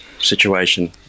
situation